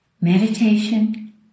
meditation